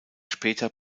später